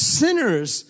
sinners